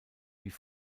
wie